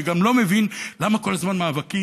אני גם לא מבין למה כל הזמן מאבקים,